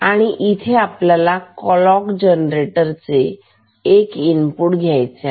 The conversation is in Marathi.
आणि इथे आपल्याला क्लॉक जनरेटरचे एक इनपुट गेट घ्यायचे आहे